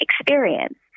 experience